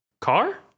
car